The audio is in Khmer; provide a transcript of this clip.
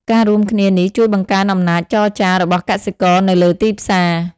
ការរួមគ្នានេះជួយបង្កើនអំណាចចរចារបស់កសិករនៅលើទីផ្សារ។